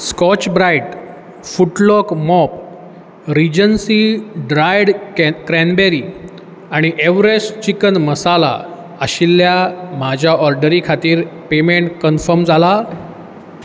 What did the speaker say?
scotch Brite foot lock mop Regency dried कॅ cranberry आनी Everest chicken masala आशिल्ल्या म्हाज्या ऑर्डरी खातीर पेमँट कन्फम जाला